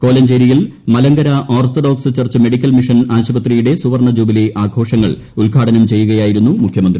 കോലഞ്ചേരിയിൽ Malankara orthodox church medical mission ആശുപത്രിയുടെ സുവർണ jubilee ആഘോഷങ്ങൾ ഉദ്ഘാടനം ചെയ്യുകയായിരുന്നു മുഖ്യമന്ത്രി